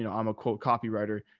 you know i'm a quote copywriter,